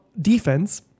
defense